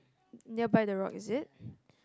nearby the rock is it